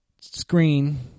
screen